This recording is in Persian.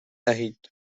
نهید